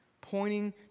pointing